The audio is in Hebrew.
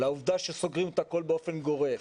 על העובדה שסוגרים את הכול באופן גורף,